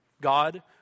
God